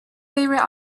favorite